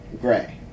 Gray